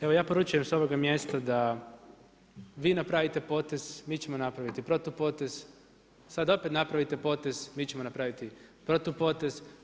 Evo ja poručujem s ovog mjesta da vi napravite potez, mi ćemo napraviti protupotez, sada opet napravite potez, mi ćemo napraviti protupotez.